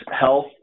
health